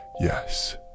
Yes